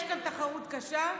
יש כאן תחרות קשה.